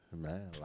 Man